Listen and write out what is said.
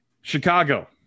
Chicago